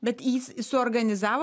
bet jis suorganizavo